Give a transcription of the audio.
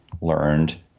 learned